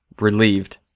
relieved